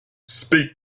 speak